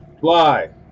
Fly